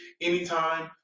anytime